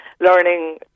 learning